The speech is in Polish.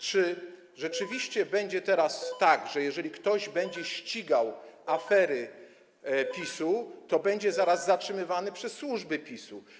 Czy rzeczywiście będzie teraz tak, że jeżeli ktoś będzie ścigał afery PiS-u, to będzie zaraz zatrzymywany przez służby PiS-u?